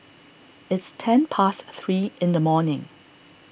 its ten past three in the morning